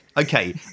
Okay